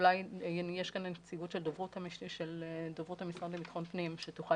אולי יש כאן נציגות של דוברות המשרד לבטחון פנים שתוכל